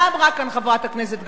מה אמרה כאן חברת הכנסת גלאון?